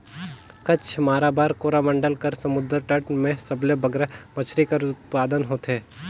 कच्छ, माराबार, कोरोमंडल कर समुंदर तट में सबले बगरा मछरी कर उत्पादन होथे